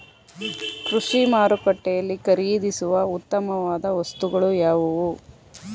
ಕೃಷಿ ಮಾರುಕಟ್ಟೆಯಲ್ಲಿ ಖರೀದಿಸುವ ಉತ್ತಮವಾದ ವಸ್ತುಗಳು ಯಾವುವು?